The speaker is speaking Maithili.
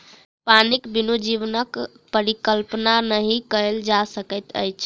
पानिक बिनु जीवनक परिकल्पना नहि कयल जा सकैत अछि